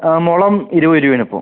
ആ മുളം ഇരുപത് രൂപയാണ് ഇപ്പം